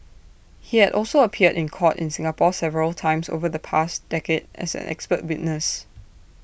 he had also appeared in court in Singapore several times over the past decade as an expert witness